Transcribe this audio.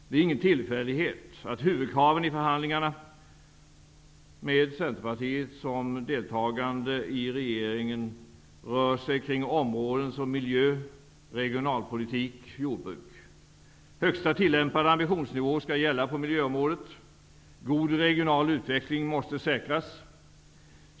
Det är ingen tillfällighet att huvudkraven i förhandlingarna, med Centerpartiet såsom deltagande i regeringen, rör sig kring områden som miljö, regionalpolitik och jordbruk. Högsta tillämpade ambitionsnivå skall gälla på miljöområdet. God regional utveckling måste säkras.